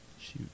Shoot